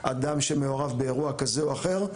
אדם שמעורב באירוע כזה או אחר,